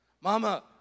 Mama